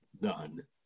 none